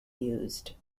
used